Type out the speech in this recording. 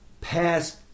past